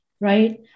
Right